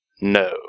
No